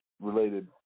related